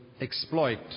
exploit